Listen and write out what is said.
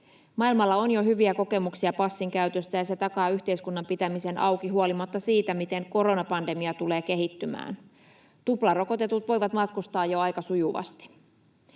Maailmalla on jo hyviä kokemuksia passin käytöstä, ja se takaa yhteiskunnan pitämisen auki huolimatta siitä, miten koronapandemia tulee kehittymään. Tuplarokotetut voivat matkustaa jo aika sujuvasti.